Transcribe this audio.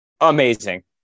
Amazing